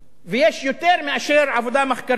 יש יותר מעבודה מחקרית אחת.